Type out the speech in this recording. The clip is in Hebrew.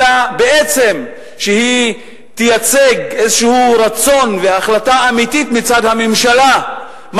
אלא בעצם שהיא תייצג איזה רצון והחלטה אמיתית מצד הממשלה,